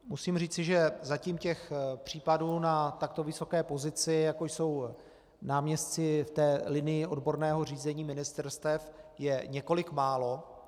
Musím říci, že zatím těch případů na takto vysoké pozici, jako jsou náměstci v té linii odborného řízení ministerstev, je několik málo.